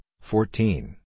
fourteen